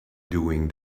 doing